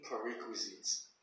prerequisites